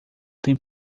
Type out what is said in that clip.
tem